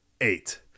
eight